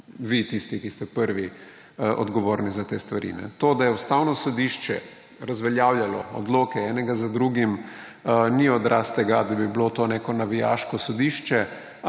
vi tisti, ki ste prvi odgovorni za te stvari. To, da je Ustavno sodišče razveljavljalo odloke enega za drugim, ni odraz tega, da bi bilo to neko navijaško sodišče,